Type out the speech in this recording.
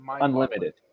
Unlimited